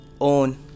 own